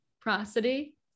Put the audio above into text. Prosody